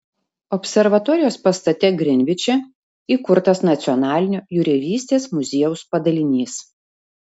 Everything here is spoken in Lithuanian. observatorijos pastate grinviče įkurtas nacionalinio jūreivystės muziejaus padalinys